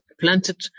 Planted